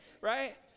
Right